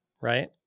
right